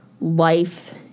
life